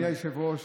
אדוני היושב-ראש,